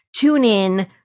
TuneIn